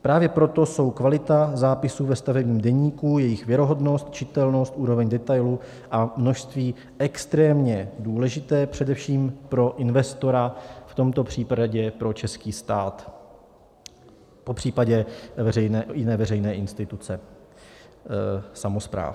Právě proto jsou kvalita zápisů ve stavebním deníku, jejich věrohodnost, čitelnost, úroveň detailů a množství extrémně důležité především pro investora, v tomto případě pro český stát, popřípadě jiné veřejné instituce samospráv.